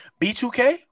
B2K